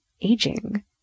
aging